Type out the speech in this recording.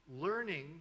learning